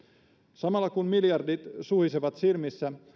samalla kun miljardit suhisevat silmissä